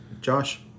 Josh